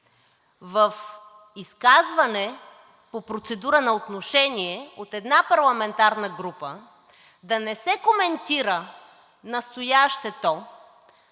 в изказване по процедура на отношение от една парламентарна група да не се коментира настоящето